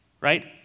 right